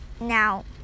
Now